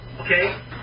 okay